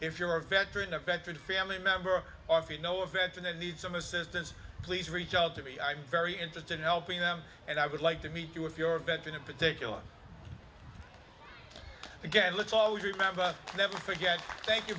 if you're a veteran a veteran family member or if you know a veteran and need some assistance please reach out to me i'm very interested in helping them and i would like to meet you if you're in a particular again let's always remember never forget thank you